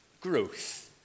growth